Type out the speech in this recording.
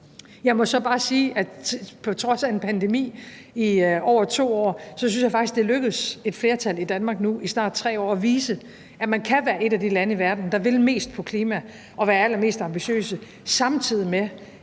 Jeg må så bare sige, at på trods af en pandemi i over 2 år synes jeg faktisk at det er lykkedes et flertal i Danmark nu i snart 3 år at vise, at man kan være et af de lande i verden, der vil mest på klimaområdet og være allermest ambitiøse, samtidig med